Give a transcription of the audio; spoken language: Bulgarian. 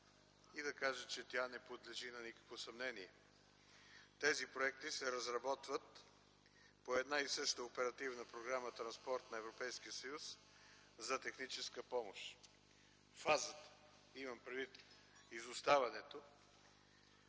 и да кажа, че тя не подлежи на никакво съмнение. Тези проекти се разработват по една и съща оперативна програма „Транспорт” на Европейския съюз за техническа помощ. Фазата, имам предвид изоставането